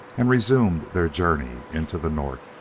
and resumed their journey into the north.